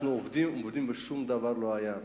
אנחנו עובדים, ושום דבר לא היה.